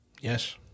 Yes